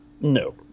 No